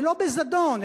ולא בזדון,